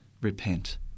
repent